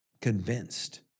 convinced